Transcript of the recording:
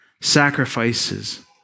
sacrifices